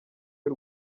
y’u